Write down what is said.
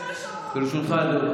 ברשותך,